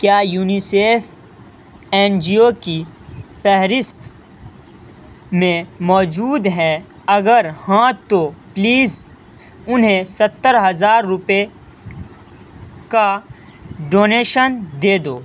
کیا UNICEF N G O کی فہرست میں موجود ہے اگر ہاں تو پلیز انہیں ستّر ہزار روپے کا ڈونیشن دے دو